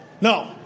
No